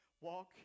Walk